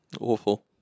awful